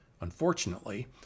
Unfortunately